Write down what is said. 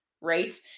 right